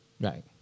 Right